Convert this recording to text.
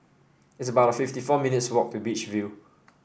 it's about fifty four minutes' walk to Beach View